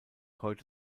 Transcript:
heute